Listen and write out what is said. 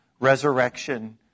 Resurrection